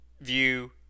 view